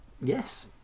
yes